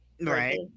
Right